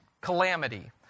calamity